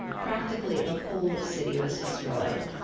practically the whole city was destroyed.